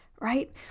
right